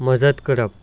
मजत करप